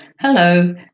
Hello